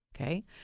okay